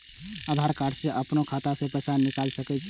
आधार कार्ड से अपनो खाता से पैसा निकाल सके छी?